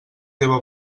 teva